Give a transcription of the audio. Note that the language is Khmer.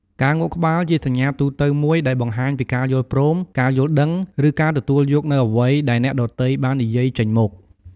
ការងក់ក្បាល ជាសញ្ញាទូទៅមួយដែលបង្ហាញពីការយល់ព្រម ការយល់ដឹង ឬការទទួលយកនូវអ្វីដែលអ្នកដទៃបាននិយាយចេញមក។